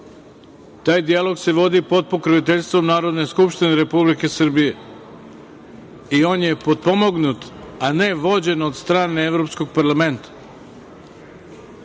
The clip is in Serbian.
taj dijalog se vodi pod pokroviteljstvom Narodne skupštine Republike Srbije i on je potpomognut, a ne vođen od strane Evropskog parlamenta.